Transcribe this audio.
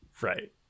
right